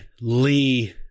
Lee